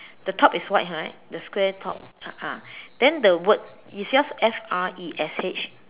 the top is white right the square top ah ah then the word is yours F R E S H